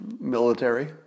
military